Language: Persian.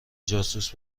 جاسوس